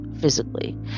physically